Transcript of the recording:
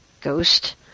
ghost